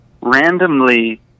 randomly